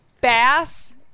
Bass